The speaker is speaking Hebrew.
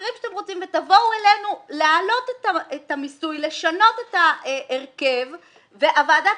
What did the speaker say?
אחרים שאתם רוצים ותבואו אלינו להעלות את המיסוי ולשנות את ההרכב והוועדה